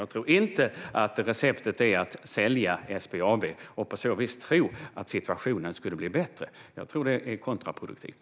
Jag tror inte att receptet är att sälja SBAB och tror inte att situationen på så vis skulle bli bättre. Jag tror att detta vore kontraproduktivt.